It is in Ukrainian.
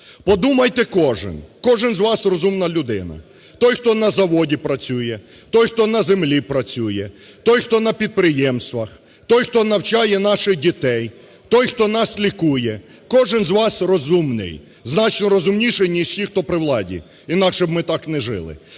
Подумайте кожен, кожен з вас розумна людина: той, хто на заводі працює; той, хто на землі працює; той, хто на підприємствах; той, хто навчає наших дітей; той, хто нас лікує, – кожен з вас розумний, значить розумніший ніж ті, хто при владі, інакше ми так би не жили.